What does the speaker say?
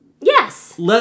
Yes